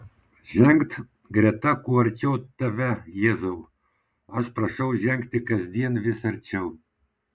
žengt greta kuo arčiau tave jėzau aš prašau žengti kasdien vis arčiau